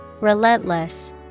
Relentless